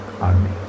army